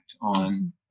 on